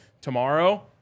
Tomorrow